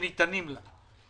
שניתנים לה.